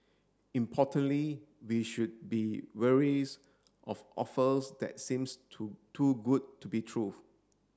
importantly we should be of offers that seems too too good to be true